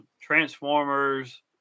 Transformers